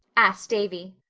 asked davy.